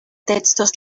textos